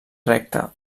recte